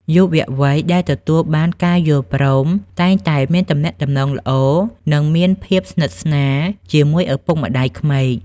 យុវវ័យដែលទទួលបានការយល់ព្រម តែងតែមានទំនាក់ទំនងល្អ និងមានភាពស្និទ្ធស្នាលជាមួយឪពុកម្ដាយក្មេក។